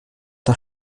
das